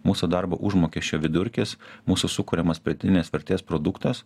mūsų darbo užmokesčio vidurkis mūsų sukuriamas pridėtinės vertės produktas